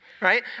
Right